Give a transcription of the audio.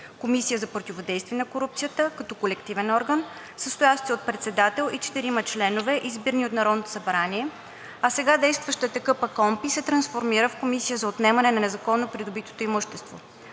Комисия за противодействие на корупцията като колективен орган, състоящ се от председател и четирима членове, избирани от Народното събрание, а сега действащата КПКОНПИ, се трансформира в Комисия за отнемане на незаконно придобито имущество.